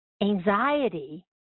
anxiety